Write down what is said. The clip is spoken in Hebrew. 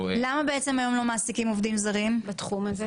--- למה בעצם היום לא מעסיקים עובדים זרים בתחום הזה?